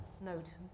note